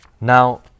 Now